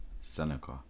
Seneca